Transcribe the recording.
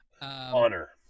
Honor